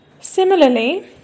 Similarly